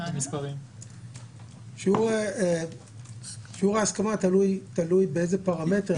שיעור ההסכמה תלוי באיזה פרמטר.